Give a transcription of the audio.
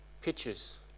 pictures